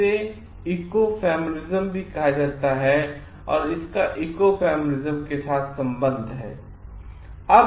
इसे इकोफेमिनिज्म भी कहा जाता है और इसका इको फेमिनिज्म के साथ संबंध है